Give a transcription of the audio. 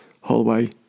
hallway